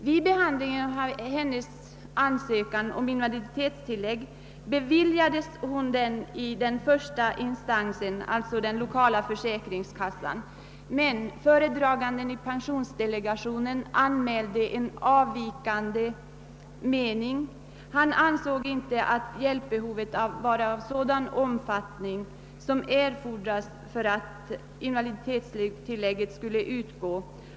Vid behandlingen av hennes ansökan om invaliditetstillägg bifölls den i den första instansen, den lokala försäkringskassan, men föredraganden i pensionsdelegationen anmälde en avvikande mening. Han ansåg inte att hjälpbehovet var av sådan omfattning som erfordras för att invaliditetstillägg skulle utgå.